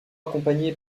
accompagnés